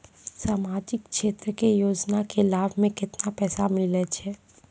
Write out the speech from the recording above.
समाजिक क्षेत्र के योजना के लाभ मे केतना पैसा मिलै छै?